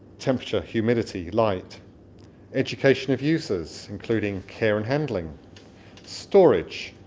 temperature, humidity, light education of users, including care and handling storage,